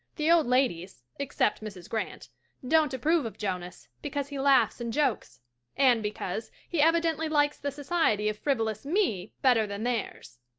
the old ladies except mrs. grant don't approve of jonas, because he laughs and jokes and because he evidently likes the society of frivolous me better than theirs.